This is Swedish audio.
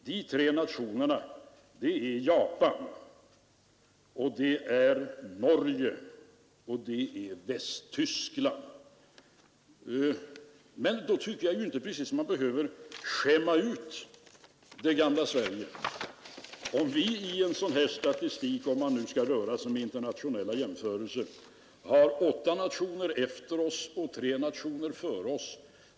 De tre nationerna är Japan, Norge och Västtyskland. Jag tycker inte precis att man behöver skämma ut det gamla Sverige, när vi i en sådan här statistik, om man nu skall röra sig med internationella jämförelser, har åtta nationer efter oss och tre nationer före oss.